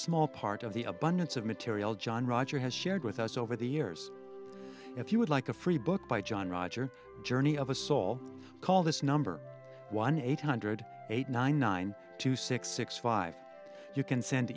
small part of the abundance of material john roger has shared with us over the years if you would like a free book by john roger journey of a soul call this number one eight hundred eight nine nine two six six five you can send